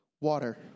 Water